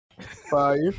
five